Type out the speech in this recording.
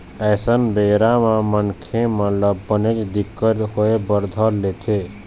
अइसन बेरा म मनखे मन ल बनेच दिक्कत होय बर धर लेथे